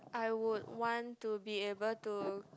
I would to be able to